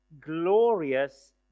glorious